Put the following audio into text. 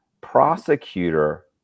prosecutor